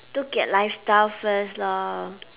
look at lifestyle first lor